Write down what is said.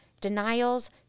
denials